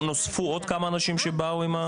אז נוספו עוד כמה אנשים מאז?